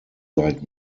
like